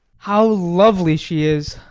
how lovely she is!